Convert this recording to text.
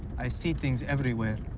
i see things everywhere.